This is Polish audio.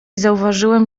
zauważyłem